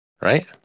right